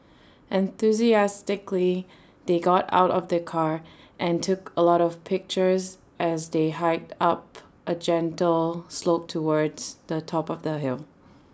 enthusiastically they got out of the car and took A lot of pictures as they hiked up A gentle slope towards the top of the hill